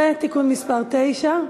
(תיקון מס' 9),